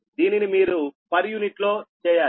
దీనిని మీరు పర్ యూనిట్లో చేయాలి